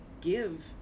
give